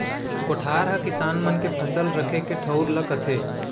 कोठार हकिसान मन के फसल रखे के ठउर ल कथें